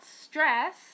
stress